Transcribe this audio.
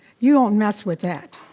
you don't mess with that